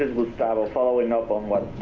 gustavo following up on what